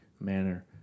manner